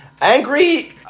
Angry